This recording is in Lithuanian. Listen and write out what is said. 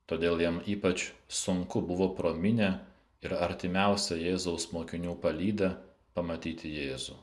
todėl jam ypač sunku buvo pro minią ir artimiausią jėzaus mokinių palydą pamatyti jėzų